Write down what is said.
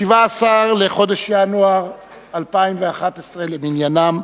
י"ב בשבט תשע"א, 17 בחודש ינואר 2011 למניינם.